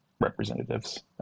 representatives